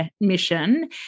mission